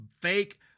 fake